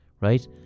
right